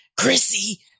Chrissy